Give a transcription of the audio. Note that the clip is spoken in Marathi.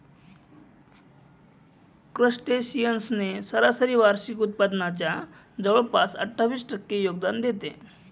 क्रस्टेशियन्स ने सरासरी वार्षिक उत्पादनाच्या जवळपास अठ्ठावीस टक्के योगदान देते